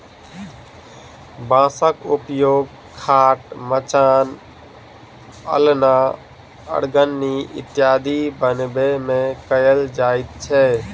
बाँसक उपयोग खाट, मचान, अलना, अरगनी इत्यादि बनबै मे कयल जाइत छै